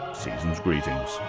season's greetings